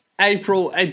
April